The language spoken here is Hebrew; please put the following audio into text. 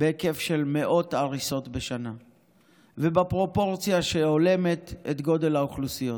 בהיקף של מאות הריסות בשנה ובפרופורציה שהולמת את גודל האוכלוסיות.